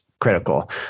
critical